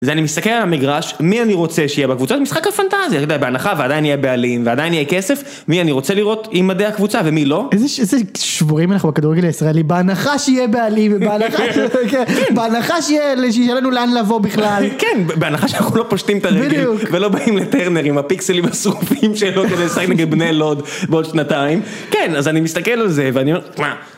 ואני מסתכל על המגרש, מי אני רוצה שיהיה בקבוצה? זה משחק הפנטזיה, יודע, בהנחה ועדיין יהיו בעלים ועדיין יהיה כסף, מי אני רוצה לראות עם מדי הקבוצה ומי לא. איזה שבורים אנחנו בכדורגל הישראלי, בהנחה שיהיה בעלים, בהנחה שיש לנו לאן לבוא בכלל. כן, בהנחה שאנחנו לא פושטים את הרגל, ולא באים לטרנר עם הפיקסלים השרופים שלו כזה, לשחק נגד בני לוד בעוד שנתיים, כן, אז אני מסתכל על זה ואני אומר...